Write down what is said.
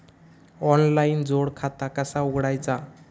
Online जोड खाता कसा उघडायचा?